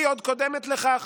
היא עוד קודמת לכך,